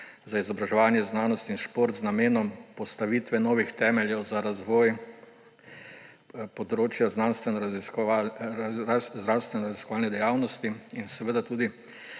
za izobraževanje, znanost in šport z namenom postavitve novih temeljev za razvoj področja znanstvenoraziskovalne dejavnosti, in seveda tudi